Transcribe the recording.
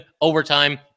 overtime